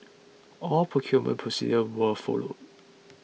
all procurement procedures were followed